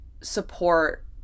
support